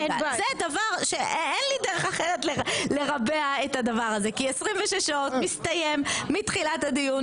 אין לי דרך אחרת לרבע את הדבר הזה כי 26 שעות מתחילת הדיון